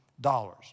dollars